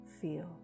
feel